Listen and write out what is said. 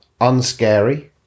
unscary